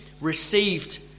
Received